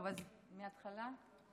מהתחלה?